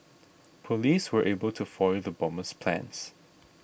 police were able to foil the bomber's plans